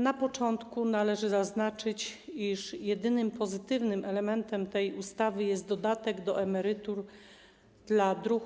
Na początku należy zaznaczyć, iż jedynym pozytywnym elementem tej ustawy jest dodatek do emerytur